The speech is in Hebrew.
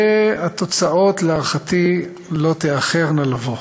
והתוצאות, להערכתי, לא תאחרנה לבוא.